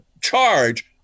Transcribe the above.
charge